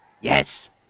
Yes